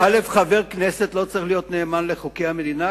חבר כנסת לא צריך להיות נאמן לחוקי המדינה,